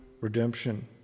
redemption